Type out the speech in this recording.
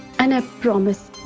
and ah promise.